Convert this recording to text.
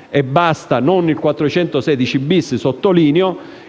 416 e non dal 416-*bis* del codice penale,